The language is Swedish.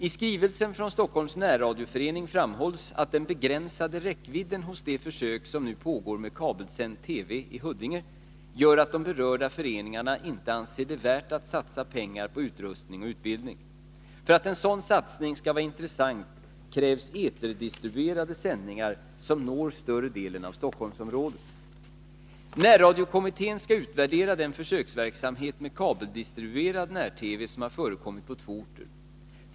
I skrivelsen från Stockholms närradioförening framhålls att den begränsade räckvidden hos det försök som nu pågår med kabelsänd TV i Huddinge gör att de berörda föreningarna inte anser det värt att satsa pengar på utrustning och utbildning. För att en sådan satsning skall vara intressant krävs eterdistribuerade sändningar som når större delen av Stockholmsområdet. Närradiokommittén skall utvärdera den försöksverksamhet med kabeldistribuerad när-TV som har förekommit på två orter.